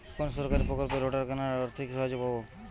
কোন সরকারী প্রকল্পে রোটার কেনার আর্থিক সাহায্য পাব?